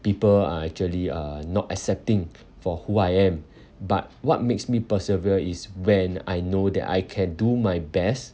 people are actually uh not accepting for who I am but what makes me persevere is when I know that I can do my best